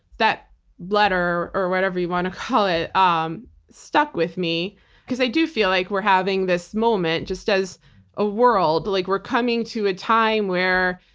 that letter or whatever you want to call it um stuck with me because i do feel like we're having this moment just as a world, like we're coming to a time where.